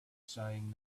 saying